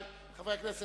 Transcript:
חבר הכנסת